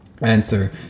answer